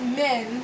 men